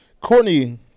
Courtney